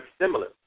similar